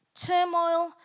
turmoil